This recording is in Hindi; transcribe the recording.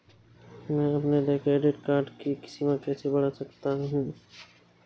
मैं अपने क्रेडिट कार्ड की सीमा कैसे बढ़ा सकता हूँ?